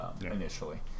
initially